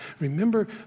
Remember